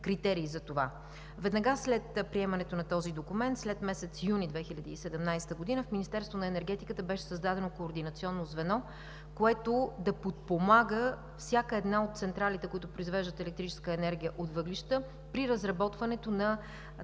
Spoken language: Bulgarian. Веднага след приемането на този документ – след месец юни 2017 г., в Министерството на енергетиката беше създадено координационно звено, което да подпомага всяка една от централите, които произвеждат електрическа енергия от въглища, при разработването на тези